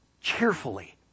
cheerfully